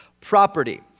property